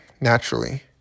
naturally